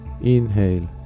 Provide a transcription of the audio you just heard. Inhale